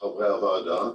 חברי הוועדה.